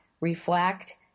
reflect